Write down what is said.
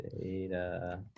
data